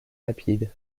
rapides